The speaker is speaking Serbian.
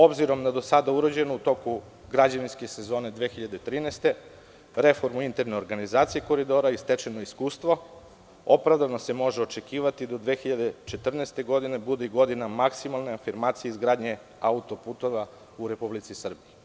Obzirom na do sada urađeno, u toku građevinske sezone 2013. godine, reformu interne organizacije „Koridora“ i stečeno iskustvo, opravdano se može očekivati da 2014. godina bude i godina maksimalne afirmacije izgradnje autoputeva u Republici Srbiji.